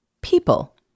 people